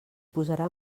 posarà